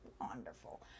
wonderful